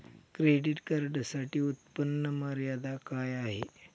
Credit कार्डसाठी उत्त्पन्न मर्यादा काय आहे?